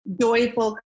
joyful